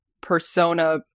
persona